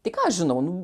tai ką aš žinau nu